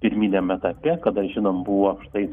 pirminiam etape kada žinom buvo štai